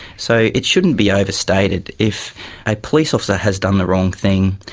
so it shouldn't be overstated. if a police officer has done the wrong thing,